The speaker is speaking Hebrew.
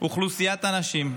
אוכלוסיית הנשים,